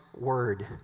word